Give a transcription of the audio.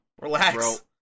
Relax